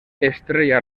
estrella